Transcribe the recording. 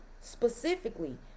specifically